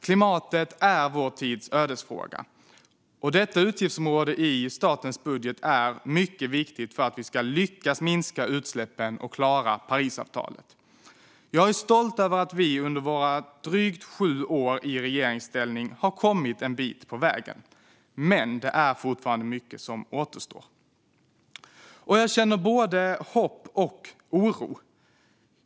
Klimatet är vår tids ödesfråga, och detta utgiftsområde i statens budget är mycket viktigt för att vi ska lyckas minska utsläppen och klara Parisavtalet. Jag är stolt över att vi under våra dryga sju år i regeringsställning har kommit en bit på vägen. Men mycket återstår fortfarande. Jag känner både hopp och oro.